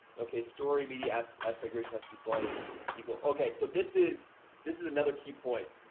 okay, story media a speculation has to be smaller than equal. okay, so this is this is another key point